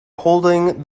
holding